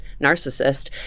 narcissist